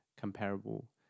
comparable